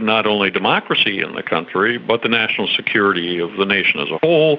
not only democracy in the country but the national security of the nation as a whole.